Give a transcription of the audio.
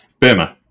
Burma